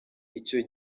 icyo